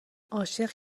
عاشق